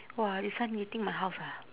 !wah! this one you think my house ah